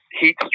heat